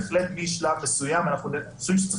בהחלט משלב מסוים אנחנו חושבים שצריך